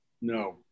no